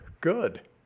good